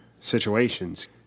situations